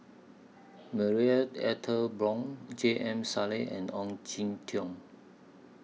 Marie Ethel Bong J M Sali and Ong Jin Teong